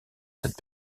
cette